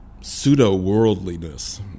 pseudo-worldliness